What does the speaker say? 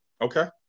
Okay